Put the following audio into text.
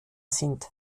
sind